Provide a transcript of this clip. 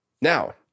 Now